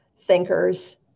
thinkers